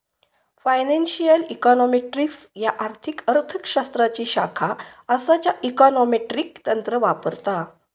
financial econometrics ह्या आर्थिक अर्थ शास्त्राची शाखा असा ज्या इकॉनॉमेट्रिक तंत्र वापरता